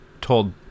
told